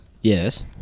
Yes